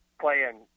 playing